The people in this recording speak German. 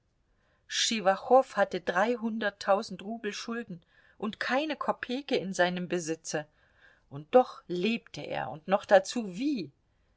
hatte dreihunderttausend rubel schulden und keine kopeke in seinem besitze und doch lebte er und noch dazu wie